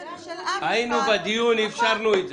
היינו בדיון ואפשרנו.